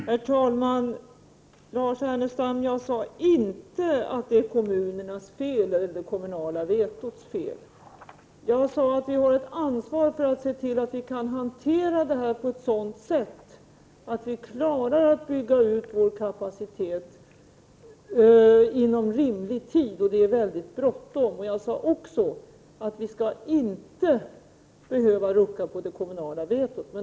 Herr talman! Lars Ernestam, jag sade inte att det är kommunernas fel eller det kommunala vetots fel. Jag sade att vi har ett ansvar att se till att vi kan hantera det här på ett sådant sätt att vi klarar att bygga ut vår kapacitet inom rimlig tid och att det är mycket bråttom. Jag sade också att vi inte skall behöva rucka på det kommunala vetot.